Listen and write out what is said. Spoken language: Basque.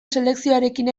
selekzioarekin